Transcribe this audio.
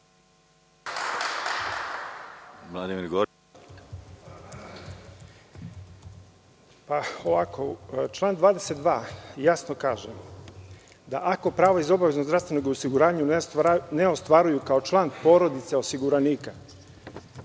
Član 22. jasno kaže da ako pravo iz obaveznog zdravstvenog osiguranja ne ostvaruju kao član porodice osiguranika,